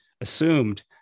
assumed